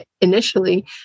initially